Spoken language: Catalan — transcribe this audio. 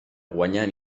guanyant